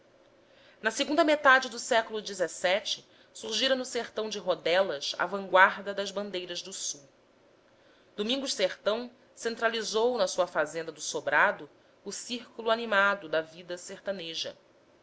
na segunda metade do século xvii surgira no sertão de rodelas a vanguarda das bandeiras do sul domingos sertão centralizou na sua fazenda do sobrado o círculo animado da vida sertaneja